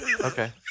okay